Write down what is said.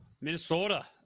Minnesota